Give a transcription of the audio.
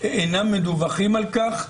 אינם מדווחים על כך,